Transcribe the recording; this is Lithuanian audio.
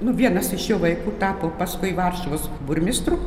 nu vienas iš jo vaikų tapo paskui varšuvos burmistru